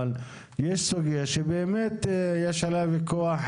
אבל יש סוגיה שבאמת יש עליה ויכוח,